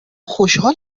خوشحال